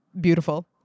beautiful